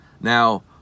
Now